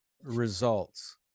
Results